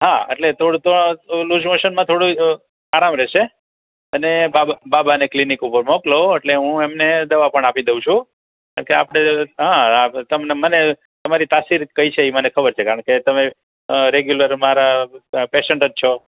હા એટલે થોડું લૂઝમોશનમાં થોડુંક આરામ રહેશે ને બાબા બાબાને ક્લિનિક ઉપર મોકલો એટલે હું એમને દવા પણ આપી દઉં છું કે આપણે હા તમને તમારી તાસીર કઈ છે એ મને ખબર છે કારણ કે તમે રેગ્યુલર મારા પેશન્ટ જ છો